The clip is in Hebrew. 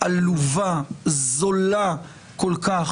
לא תגיע לחולים בכל העולם.